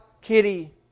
Kitty